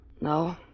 No